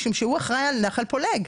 משום שהוא אחראי על נחל פולג.